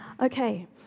Okay